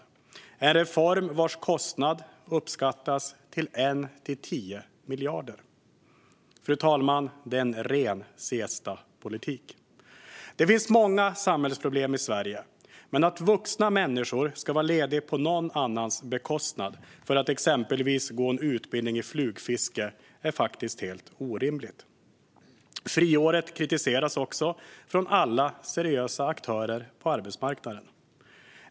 Det är en reform vars kostnad uppskattas till 1-10 miljarder. Det är en ren siestapolitik, fru talman. Det finns många samhällsproblem i Sverige, men att vuxna människor ska vara lediga på någon annans bekostnad för att exempelvis gå en utbildning i flugfiske är faktiskt helt orimligt. Friåret kritiseras också av alla seriösa aktörer på arbetsmarknaden.